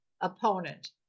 opponent